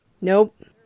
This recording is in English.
Nope